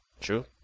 True